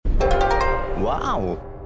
Wow